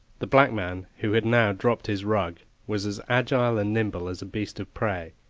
the black man, who had now dropped his rug, was as agile and nimble as a beast of prey,